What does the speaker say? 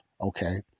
Okay